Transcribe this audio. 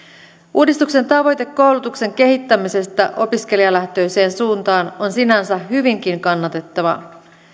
uudistuksen tavoite koulutuksen kehittämisestä opiskelijalähtöiseen suuntaan on sinänsä hyvinkin kannatettava